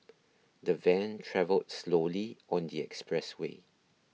the van travelled slowly on the expressway